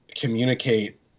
communicate